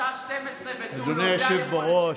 אדוני היושב בראש,